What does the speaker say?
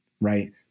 right